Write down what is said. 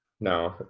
no